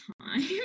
time